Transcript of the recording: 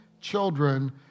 children